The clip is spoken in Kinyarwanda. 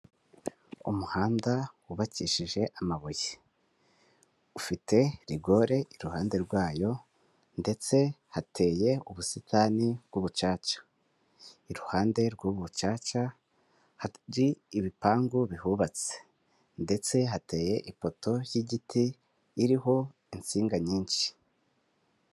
Umuhanda wubakishije amabuye, ufite rigore iruhande rwayo ndetse hateye ubusitani bw'ubucaca. Iruhande rw'ubucaca hari ibipangu bihubatse ndetse hateye ipoto ry'igiti iriho insinga nyinshi.